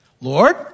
Lord